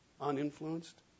uninfluenced